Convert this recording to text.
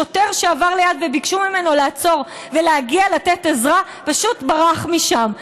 השוטר שעבר ליד וביקשו ממנו לעצור ולהגיע לתת עזרה פשוט ברח משם,